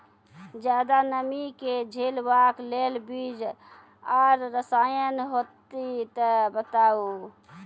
ज्यादा नमी के झेलवाक लेल बीज आर रसायन होति तऽ बताऊ?